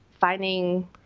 finding